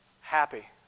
Happy